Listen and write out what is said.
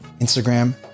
Instagram